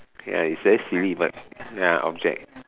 ya it's very silly but ya object